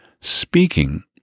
speaking